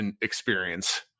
experience